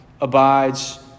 abides